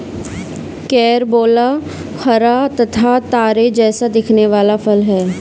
carambola हरा तथा तारे जैसा दिखने वाला फल है